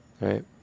right